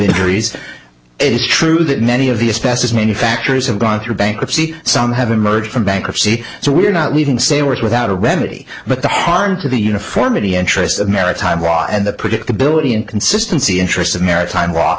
injuries it is true that many of the expenses manufacturers have gone through bankruptcy some have emerged from bankruptcy so we're not leaving say words without a remedy but the harm to the uniformity interests of maritime law and the predictability and consistency interests of maritime law